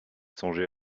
songé